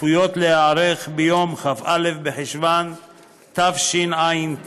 צפויות להיערך ביום כ"א בחשוון התשע"ט,